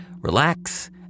relax